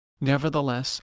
Nevertheless